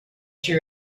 she